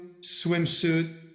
swimsuit